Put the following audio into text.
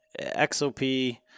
XOP